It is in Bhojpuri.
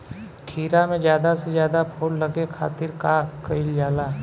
खीरा मे ज्यादा से ज्यादा फूल लगे खातीर का कईल जाला?